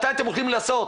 מתי אתם הולכים לעשות?